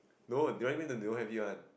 no they only mean they don't have it one